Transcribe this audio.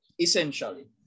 essentially